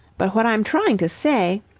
but what i'm trying to say.